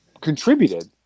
Contributed